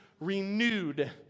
renewed